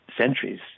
centuries